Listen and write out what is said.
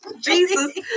Jesus